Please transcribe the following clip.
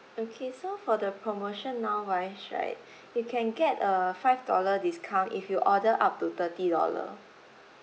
okay so for the promotion now wise right you can get a five dollar discount if you order up to thirty dollar